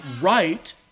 right